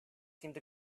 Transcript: seemed